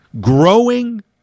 growing